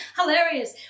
hilarious